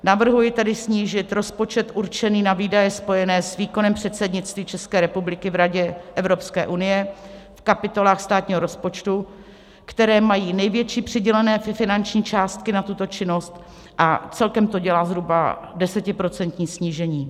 Navrhuji tedy snížit rozpočet určený na výdaje spojené s výkonem předsednictví České republiky v Radě Evropské unie v kapitolách státního rozpočtu, které mají největší přidělené finanční částky na tuto činnost, a celkem to dělá zhruba desetiprocentní snížení.